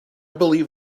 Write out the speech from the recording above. believe